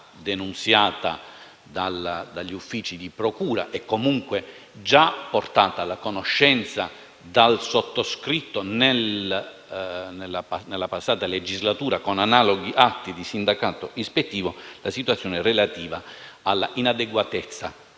denunziata dagli uffici della procura e comunque già portata a conoscenza dal sottoscritto nella passata legislatura con analoghi atti di sindacato ispettivo, della situazione relativa all'inadeguatezza